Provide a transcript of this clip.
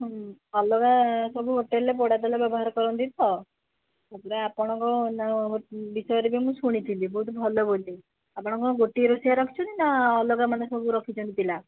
ହୁଁ ଅଲଗା ସବୁ ହୋଟେଲ ରେ ପୋଡ଼ା ତେଲ ବ୍ୟବହାର କରନ୍ତି ତ ସେଥିପାଇଁ ଆପଣଙ୍କ ବିଷୟରେ ବି ମୁଁ ଶୁଣିଥିଲି ବହୁତ ଭଲ ବୋଲି ଆପଣ କ'ଣ ଗୋଟିଏ ରୋଷେଇଆ ରଖିଛନ୍ତି ନା ଅଲଗା ମାନେ ସବୁ ରଖିଛନ୍ତି ପିଲା